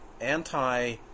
anti